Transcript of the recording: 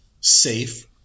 safe